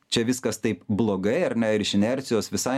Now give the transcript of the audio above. čia viskas taip blogai ar ne ir iš inercijos visai